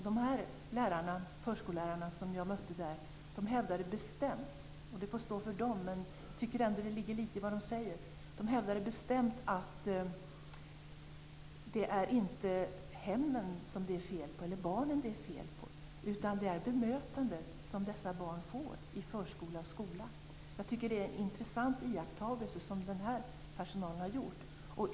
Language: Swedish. De förskollärare som jag mötte hävdade bestämt - det får stå för dem, men jag tycker ändå att det ligger lite i vad de säger - att det inte är fel på hemmen eller barnen, utan på bemötandet som dessa barn får i förskola och skola. Jag tycker att det är en intressant iakttagelse som personalen har gjort.